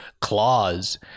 Claws